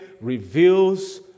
reveals